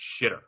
shitter